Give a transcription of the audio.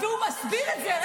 והוא מסביר את זה.